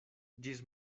ĝis